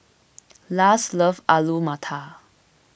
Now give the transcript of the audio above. Lars loves Alu Matar